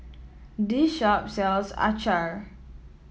this shop sells acar